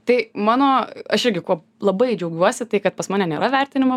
tai mano aš irgi kuo labai džiaugiuosi tai kad pas mane nėra vertinimo